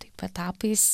taip etapais